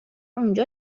اونجا